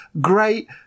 great